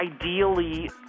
ideally